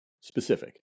specific